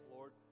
Lord